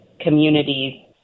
communities